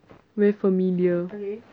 very familiar